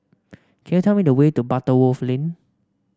could you tell me the way to Butterworth Lane